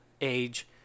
age